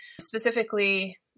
specifically